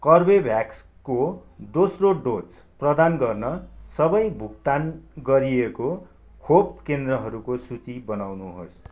कर्बेभ्याक्सको दोस्रो डोज प्रदान गर्न सबै भुक्तान गरिएको खोप केन्द्रहरूको सूची बनाउनुहोस्